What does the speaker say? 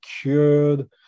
cured